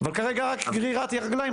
אבל כרגע רק גרירת רגליים,